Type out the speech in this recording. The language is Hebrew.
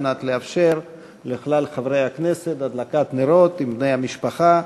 מנת לאפשר לכלל חברי הכנסת הדלקת נרות עם בני המשפחה,